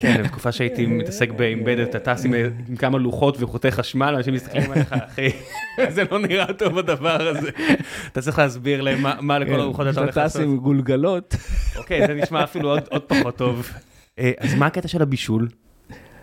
כן, בתקופה שהייתי מתעסק ב embedded, אתה טם עם כמה לוחות וחוטי חשמל, אנשים מסתכלים עליך, אחי, זה לא נראה טוב הדבר הזה. אתה צריך להסביר מה לכל הרוחות, אתה יכול לך לעשות... אתה טס עם גולגלות. אוקיי, זה נשמע אפילו עוד פחות טוב. אז מה הקטע של הבישול?